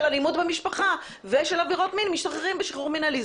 אלימות במשפחה ושל עבירות מין משתחררים בשחרור מנהלי.